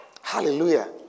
Hallelujah